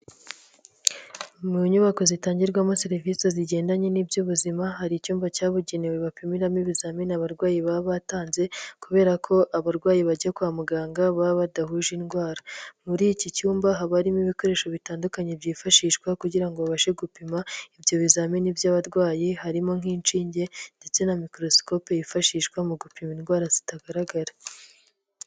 Mu nyubako zitangirwamo serivisi zigendanye n'iby'ubuzima hari icyumba cyabugenewe bapimiramo ibizamini abarwayi baba batanze kubera ko abarwayi bajya kwa muganga baba badahuje indwara, muri iki cyumba haba harimo ibikoresho bitandukanye byifashishwa kugira babashe gupima ibyo bizamini by'abarwayi, harimo nk'inshinge ndetse na mikorosikope yifashishwa mu gupima indwara zitagaragara.